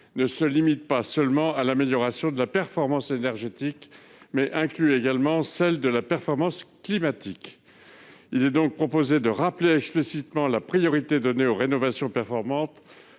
ne se limite pas à l'amélioration de la performance énergétique, mais inclut également celle de la performance climatique. Par ailleurs, il est proposé de rappeler explicitement la priorité donnée aux rénovations performantes